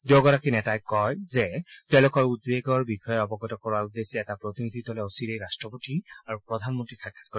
দুয়োগৰাকী নেতাই কয় যে তেওঁলোকৰ উদ্বেগৰ বিষয়ে অৱগত কৰোৱাৰ উদ্দেশ্যে এটা প্ৰতিনিধি দলে অচিৰেই ৰাট্টপতি আৰু প্ৰধানমন্ত্ৰীক সাক্ষাৎ কৰিব